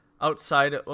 outside